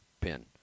pin